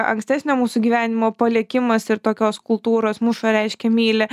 ankstesnio mūsų gyvenimo palikimas ir tokios kultūros muša reiškia myli